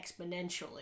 exponentially